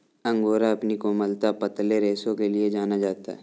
angora अपनी कोमलता, पतले रेशों के लिए जाना जाता है